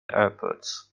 airports